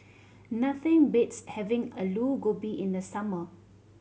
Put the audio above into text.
nothing beats having Aloo Gobi in the summer